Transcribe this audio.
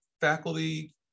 faculty